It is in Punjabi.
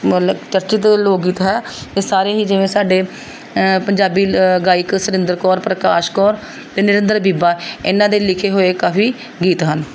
ਮਤਲਬ ਚਰਚਿਤ ਲੋਕ ਗੀਤ ਹੈ ਇਹ ਸਾਰੇ ਹੀ ਜਿਵੇਂ ਸਾਡੇ ਪੰਜਾਬੀ ਗਾਇਕ ਸੁਰਿੰਦਰ ਕੌਰ ਪ੍ਰਕਾਸ਼ ਕੌਰ ਅਤੇ ਨਰਿੰਦਰ ਬੀਬਾ ਇਹਨਾਂ ਦੇ ਲਿਖੇ ਹੋਏ ਕਾਫ਼ੀ ਗੀਤ ਹਨ